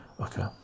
Okay